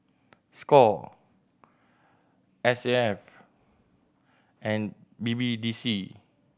score S A F and B B D C